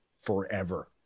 forever